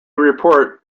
report